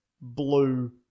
blue